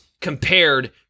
compared